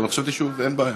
אין בעיה.